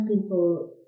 people